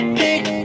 pick